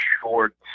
short